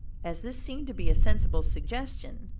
as this seemed to be a sensible suggestion,